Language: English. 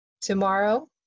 Tomorrow